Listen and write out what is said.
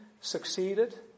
succeeded